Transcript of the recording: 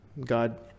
God